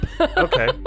Okay